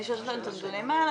למישהו יש את הנתונים האלה,